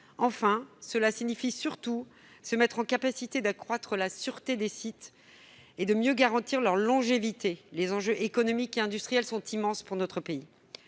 Enfin, cela signifie surtout se mettre en capacité d'accroître la sûreté des sites et de mieux garantir leur longévité. Les enjeux économiques et industriels sont immenses pour notre pays.